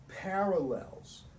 parallels